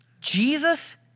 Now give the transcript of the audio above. Jesus